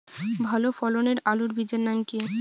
ভালো ফলনের আলুর বীজের নাম কি?